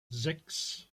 sechs